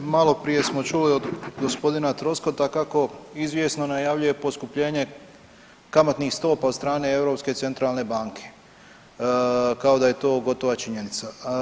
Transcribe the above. Maloprije smo čuli od g. Troskota kako izvjesno najavljuje poskupljenje kamatnih stopa od strane Europske centralne banke, kao da je to gotova činjenica.